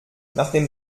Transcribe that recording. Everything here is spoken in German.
nachdem